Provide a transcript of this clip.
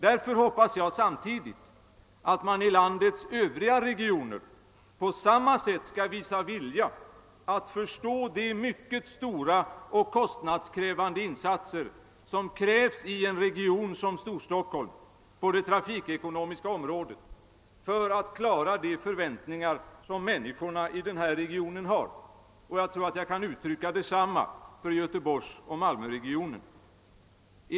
Därför hoppas jag samtidigt att man i landets övriga regioner på samma sätt skall visa vilja att förstå de mycket stora och kostnadskrävande insatser som krävs i en region som Stor stockholm på det trafikekonomiska området för att infria de förväntningar som människorna i denna region har. Jag tror att jag också kan tala för Göteborgsoch Malmöregionerna.